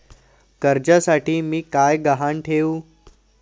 कर्जासाठी मी काय गहाण ठेवू?